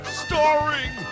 starring